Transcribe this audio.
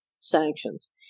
sanctions